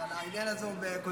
אבל העניין הזה הוא בקונסנזוס.